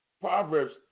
Proverbs